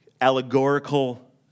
allegorical